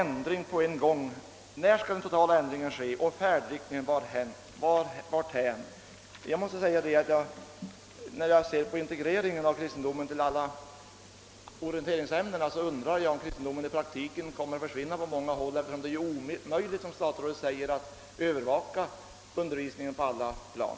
När skall den totala ändringen ske, och i vilken riktning går färden? När jag ser på integreringen av kristendomen med orienteringsämnena, så undrar jag om inte det i praktiken kan medföra att den på många håll kommer att försvinna, eftersom det, som statsrådet säger, är omöjligt att övervaka undervisningen på alla plan.